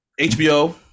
HBO